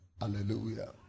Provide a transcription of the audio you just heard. Hallelujah